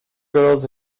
girls